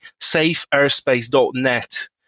safeairspace.net